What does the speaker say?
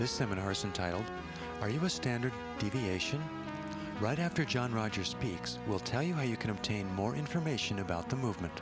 the seven arson titles are you a standard deviation right after john roger speaks we'll tell you how you can obtain more information about the movement